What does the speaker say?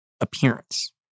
appearance